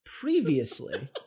previously